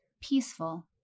peaceful